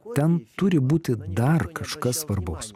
ten turi būti dar kažkas svarbaus